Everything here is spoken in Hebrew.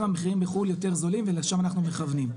המחירים בחול יותר זולים ולשם אנחנו מכוונים.